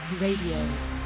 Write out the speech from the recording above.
Radio